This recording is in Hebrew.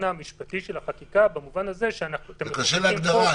המשפטי של החקיקה --- זה קשה להגדרה,